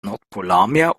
nordpolarmeer